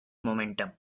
momentum